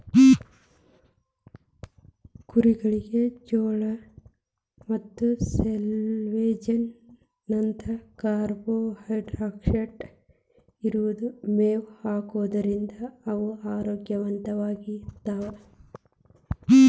ಕುರಿಗಳಿಗೆ ಜೋಳ ಮತ್ತ ಸೈಲೇಜ್ ನಂತ ಕಾರ್ಬೋಹೈಡ್ರೇಟ್ ಇರೋ ಮೇವ್ ಹಾಕೋದ್ರಿಂದ ಅವು ಆರೋಗ್ಯವಂತವಾಗಿರ್ತಾವ